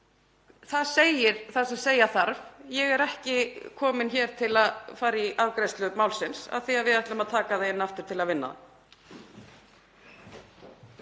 Það segir það sem segja þarf. Ég er ekki komin hér til að fara í afgreiðslu málsins af því að við ætlum að taka það inn aftur til að vinna það.